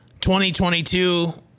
2022